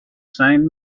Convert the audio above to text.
same